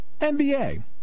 NBA